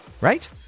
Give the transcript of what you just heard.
Right